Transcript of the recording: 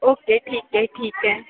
okay ठीक आहे ठीक आहे